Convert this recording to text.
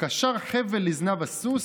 קשר חבל לזנב הסוס,